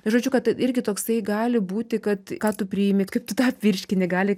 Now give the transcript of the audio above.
žodžiu kad irgi toksai gali būti kad ką tu priimi kaip tu tą apvirškini gali